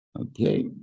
Okay